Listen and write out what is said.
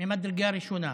ממדרגה ראשונה,